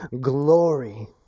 glory